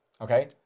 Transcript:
Okay